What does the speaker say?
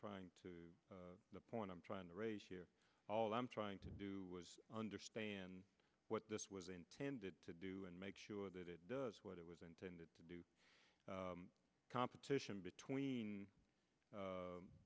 trying to the point i'm trying to raise here all i'm trying to do was understand what this was intended to do and make sure that it does what it was intended to do the competition between